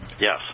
Yes